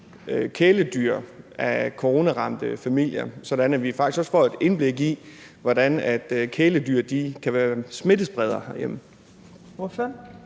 kæledyr til coronaramte familier, sådan at vi faktisk får et indblik i, hvordan kæledyr kan være smittespredere herhjemme?